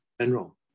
General